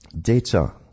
data